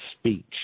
speech